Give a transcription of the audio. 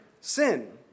sin